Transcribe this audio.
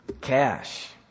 cash